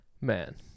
Man